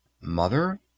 Mother